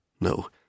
No